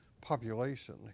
population